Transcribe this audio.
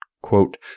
quote